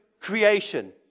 creation